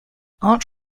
art